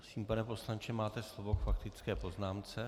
Prosím, pane poslanče, máte slovo k faktické poznámce.